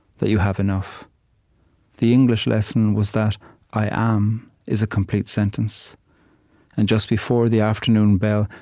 that you have enough the english lesson was that i am is a complete sentence and just before the afternoon bell,